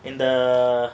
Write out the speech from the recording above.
in the